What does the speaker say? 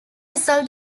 result